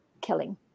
killing